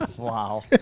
Wow